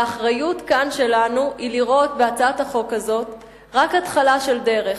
והאחריות שלנו כאן היא לראות בהצעת החוק הזאת רק התחלה של דרך,